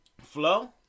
Flow